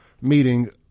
meeting